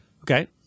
Okay